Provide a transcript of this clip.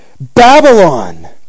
Babylon